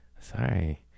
Sorry